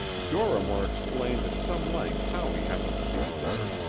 dorrimore explained at some length how he happened to be there,